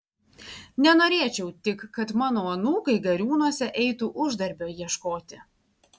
nenorėčiau tik kad mano anūkai gariūnuose eitų uždarbio ieškoti